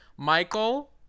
Michael